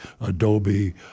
Adobe